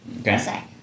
Okay